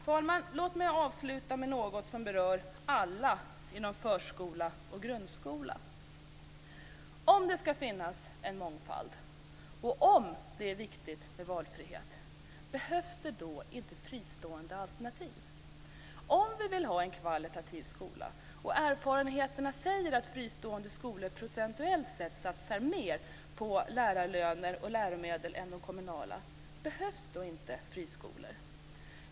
Herr talman, låt mig avsluta med att ta upp något som berör alla inom förskola och grundskola. · Om det ska finnas en mångfald och om det är viktigt med valfrihet, behövs det då inte fristående alternativ? · Om vi vill ha en kvalitativ skola och erfarenheterna säger att fristående skolor procentuellt sett satsar mer på lärarlöner och läromedel än de kommunala skolorna, behövs då inte friskolor?